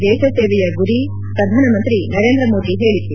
ದೇಶ ಸೇವೆ ಗುರಿ ಪ್ರಧಾನ ಮಂತ್ರಿ ನರೇಂದ್ರ ಮೋದಿ ಹೇಳಿಕೆ